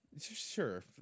Sure